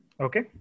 Okay